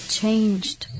changed